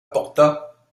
porta